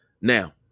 Now